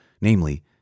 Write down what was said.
namely